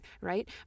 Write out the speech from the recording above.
right